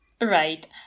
right